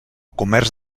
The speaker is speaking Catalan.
comerç